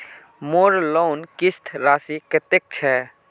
मोर लोन किस्त राशि कतेक छे?